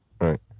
Right